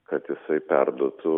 kad jisai perduotų